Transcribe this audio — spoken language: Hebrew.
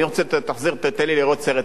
תן לי לראות סרט,